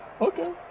Okay